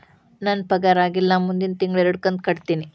ನನ್ನ ಪಗಾರ ಆಗಿಲ್ಲ ನಾ ಮುಂದಿನ ತಿಂಗಳ ಎರಡು ಕಂತ್ ಕಟ್ಟತೇನಿ